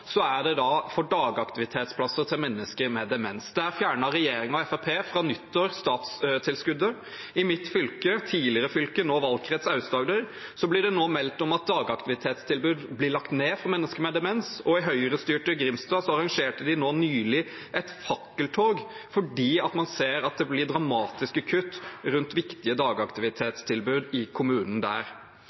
dagaktivitetsplasser for mennesker med demens. Der fjernet regjeringen og Fremskrittspartiet statstilskuddet fra nyttår. I mitt tidligere fylke, nå valgkrets Aust-Agder, blir det nå meldt om at dagaktivitetstilbud blir lagt ned for mennesker med demens. Og i Høyre-styrte Grimstad arrangerte de nylig et fakkeltog fordi man ser det blir dramatiske kutt rundt viktige dagaktivitetstilbud i kommunen.